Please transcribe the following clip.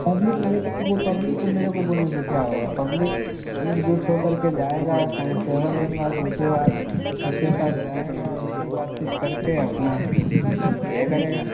public मेरे को जो पब्लिक तुम मेरे को बोलने से क्या होगा पब्लिक एकजूट हो कर के जाएगी कंस्टेबल के पास जिसके पास उसके पास जाएगा उससे बातचीत करके अपना ये करेगा